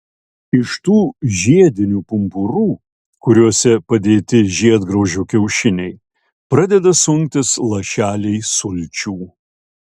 iš tų žiedinių pumpurų kuriuose padėti žiedgraužio kiaušiniai pradeda sunktis lašeliai sulčių